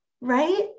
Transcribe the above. right